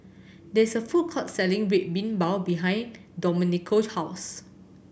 there is a food court selling Red Bean Bao behind Domenico's house